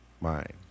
mind